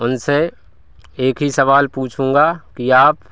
मैं उनसे एक ही सवाल पूछूँगा कि आप